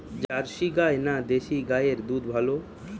Jersey গাই না দেশী গাইয়ের দুধ ভালো?